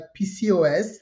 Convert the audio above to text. PCOS